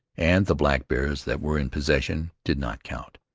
and the blackbears that were in possession did not count.